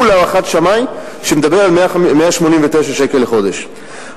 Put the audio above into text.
מול הערכת שמאי שמדבר על 189 שקל לחודש.